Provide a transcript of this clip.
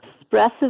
expressive